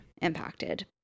impacted